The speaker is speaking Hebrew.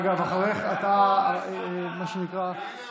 אגב, אתה מה שנקרא, יעקב, הלכת.